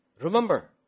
Remember